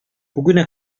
bugüne